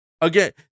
again